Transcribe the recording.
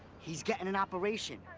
he's gettin' an operation.